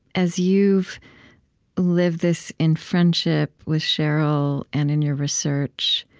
as you've lived this in friendship with sheryl, and in your research,